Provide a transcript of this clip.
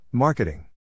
Marketing